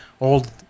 old